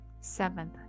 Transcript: Seventh